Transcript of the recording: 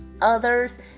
others